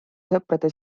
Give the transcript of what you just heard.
sõprade